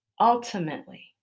Ultimately